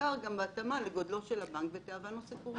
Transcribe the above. בעיקר לגודלו של הבנק ותיאבון הסיכון שלו.